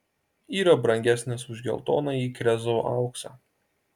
yra brangesnis už geltonąjį krezo auksą